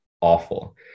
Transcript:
awful